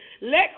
Let